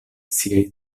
siaj